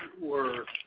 we're